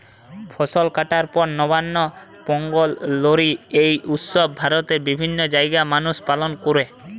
ফসল কাটার পর নবান্ন, পোঙ্গল, লোরী এই উৎসব ভারতের বিভিন্ন জাগায় মানুষ পালন কোরে